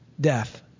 death